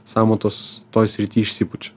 sąmatos toj srity išsipučia